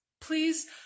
please